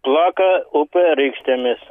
plaka upę rykštėmis